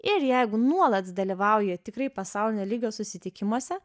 ir jeigu nuolat dalyvauji tikrai pasaulinio lygio susitikimuose